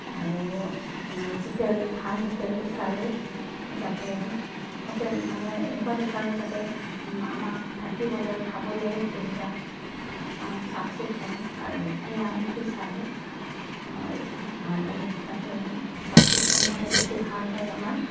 আৰু আপোনাৰ হোটেল ভাল হোটেল বিচাৰোঁ যাতে হোটেল মানে এনেকুৱা বিচাৰোঁ যাতে আমাক থাকিবলৈ খাবলৈ সুবিধা চাফ চিকুণ আৰু নিৰামিষ বিচাৰোঁ আৰু তাতে চাফ চিকুণ হ'লে বেছি ভাল হয় আমাৰ